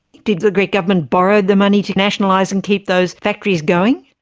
did the greek government borrow the money to nationalise and keep those factories going?